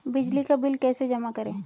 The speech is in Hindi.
बिजली का बिल कैसे जमा करें?